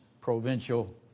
provincial